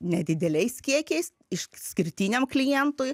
nedideliais kiekiais išskirtiniam klientui